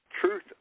truth